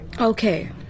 Okay